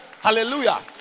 Hallelujah